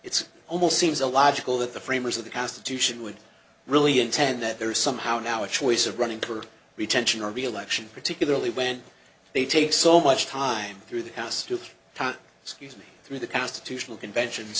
it's almost seems illogical that the framers of the constitution would really intend that there is somehow now a choice of running for retention or reelection particularly when they take so much time through the house to count scuse me through the constitutional convention